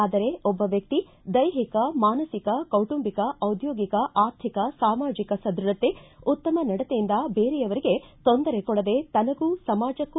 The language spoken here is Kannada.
ಆದರೆ ಒಬ್ಬ ವ್ಯಕ್ತಿ ದೈಹಿಕ ಮಾನುಕ ಕೌಟುಂಬಿಕ ಡಿದ್ಯೋಗಿಕ ಆರ್ಥಿಕ ಸಾಮಾಜಿಕ ಸದೃಢತೆ ಉತ್ತಮ ನಡತೆಯಿಂದ ಬೇರೆಯವರಿಗೆ ತೊಂದರೆ ಕೊಡದೇ ತನಗೂ ಸಮಾಜಕ್ಕೂ